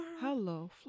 Hello